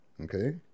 okay